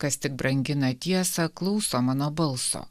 kas tik brangina tiesą klauso mano balso